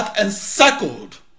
encircled